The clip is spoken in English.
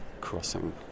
crossing